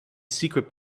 secret